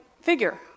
figure